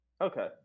Okay